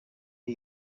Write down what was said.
ngo